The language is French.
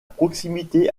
proximité